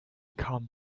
come